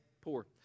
poor